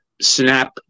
snap